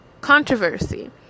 controversy